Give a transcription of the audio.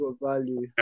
value